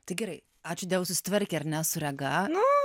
tai gerai ačiū dievui susitvarkė ar ne su rega